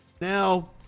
Now